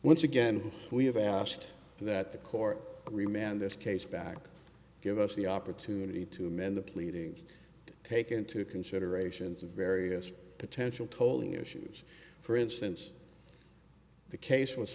once again we have asked that the court remain in this case back give us the opportunity to amend the pleadings take into consideration the various potential tolling issues for instance the case was